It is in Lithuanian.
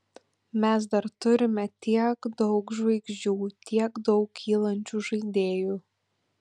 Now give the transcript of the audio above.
mes dar turime tiek daug žvaigždžių tiek daug kylančių žaidėjų